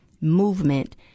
movement